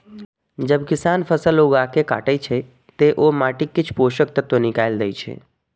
जब किसान फसल उगाके काटै छै, ते ओ माटिक किछु पोषक तत्व निकालि दै छै